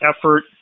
effort